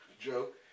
Joke